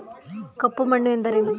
ಕಪ್ಪು ಮಣ್ಣು ಎಂದರೇನು?